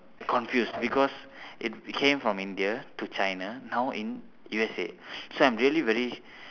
confuse because it came from india to china now in U_S_A so I'm really very